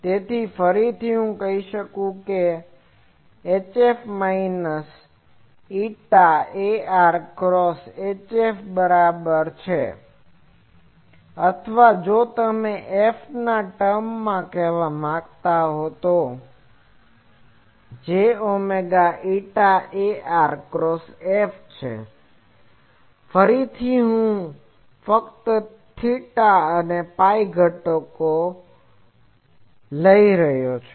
તેથી ફરીથી હું કહી શકું છું કે EF minus minus η ar cross HF ની બરાબર છે અથવા જો તમે F ના ટર્મમાં કહેવા માંગતા હો તો તે j omega η ar cross F છે ફરીથી હું ફક્ત theta અને phi ના ઘટકો લઈ રહ્યો છું